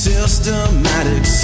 Systematic